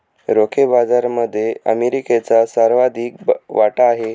रोखे बाजारामध्ये अमेरिकेचा सर्वाधिक वाटा आहे